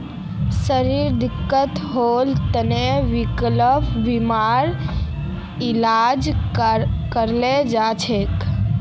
शरीरत दिक्कत होल तने विकलांगता बीमार इलाजो कराल जा छेक